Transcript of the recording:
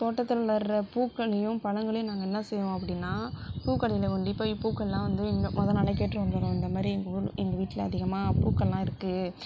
தோட்டத்தில் நடுற பூக்களையும் பழங்களையும் நாங்கள் என்ன செய்வோம் அப்படினா பூக்கடையில் கொண்டு போய் பூக்கள்லாம் வந்து முத நாளே கேட்டு வந்துருவோம் இந்த மாதிரி எங்கள் எங்கள் வீட்டில அதிகமாக பூக்கள்லாம் இருக்குது